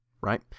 Right